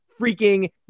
freaking